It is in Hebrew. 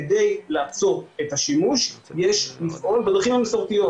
כדי לעצור את השימוש יש לפעול בדרכים המסורתיות.